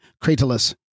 Cratylus